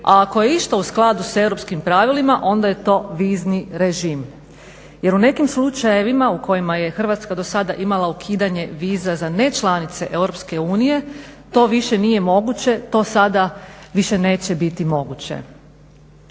a ako je išta u skladu s europskim pravilima onda je to vizni režim. Jer u nekim slučajevima u kojima je Hrvatska dosada imala ukidanje viza za nečlanice EU to više nije moguće, to sada više neće biti moguće.